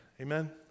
Amen